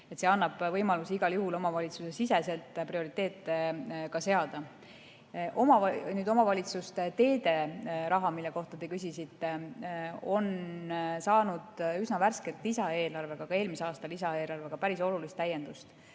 see annab võimaluse igal juhul omavalitsusesiseselt prioriteete seada. Omavalitsuste teederaha, mille kohta te küsisite, on saanud üsna värskelt eelmise aasta lisaeelarvega päris olulist täiendust.